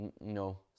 No